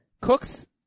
Cooks